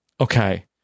Okay